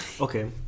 okay